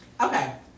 Okay